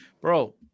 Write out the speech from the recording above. bro